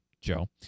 Joe